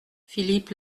philippe